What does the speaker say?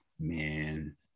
Man